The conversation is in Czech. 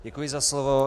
Děkuji za slovo.